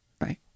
Right